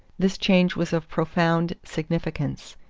this change was of profound significance.